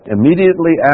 Immediately